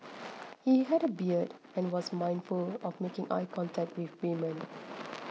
he had a beard and was mindful of making eye contact with women